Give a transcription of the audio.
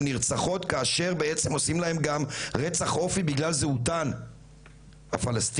נרצחות כאשר עושים להן גם רצח אופי בגלל זהותן הפלשתינאית.